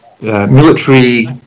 Military